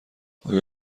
آیا